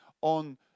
on